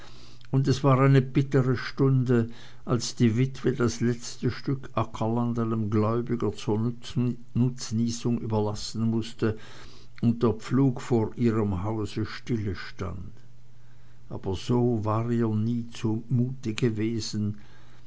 und es war eine bittere stunde als die witwe das letzte stück ackerland einem gläubiger zur nutznießung überlassen mußte und der pflug vor ihrem hause stillestand aber so war ihr nie zumute gewesen